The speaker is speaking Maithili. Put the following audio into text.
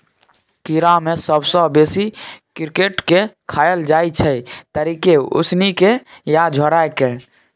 कीड़ा मे सबसँ बेसी क्रिकेट केँ खाएल जाइ छै तरिकेँ, उसनि केँ या झोराए कय